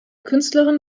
künstlerin